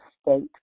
state